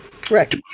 Correct